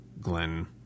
Glenn